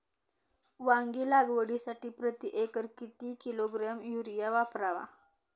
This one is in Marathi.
वांगी लागवडीसाठी प्रती एकर किती किलोग्रॅम युरिया वापरावा?